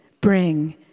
bring